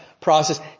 process